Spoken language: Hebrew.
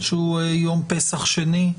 שהוא יום פסח שני,